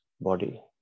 body